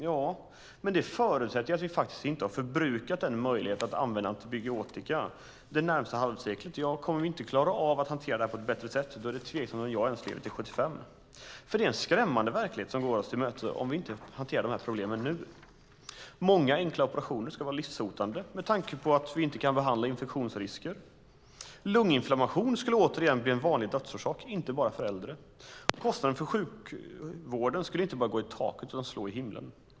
Ja, men det förutsätter att vi faktiskt inte har förbrukat möjligheten att använda antibiotika det närmaste halvseklet. Kommer vi inte att klara av att hantera detta på ett bättre sätt är det tveksamt om jag ens lever till 75. Det är nämligen en skrämmande verklighet som går oss till mötes om vi inte hanterar dessa problem nu. Många enkla operationer skulle vara livshotande med tanke på att vi inte kan behandla infektionsrisker. Lunginflammation skulle återigen bli en vanlig dödsorsak, inte bara för äldre. Kostnaden för sjukvården skulle inte bara gå i taket utan slå i himlen.